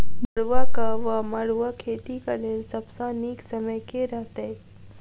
मरुआक वा मड़ुआ खेतीक लेल सब सऽ नीक समय केँ रहतैक?